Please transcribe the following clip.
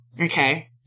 Okay